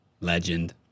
Legend